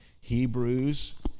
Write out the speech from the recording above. Hebrews